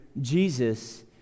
Jesus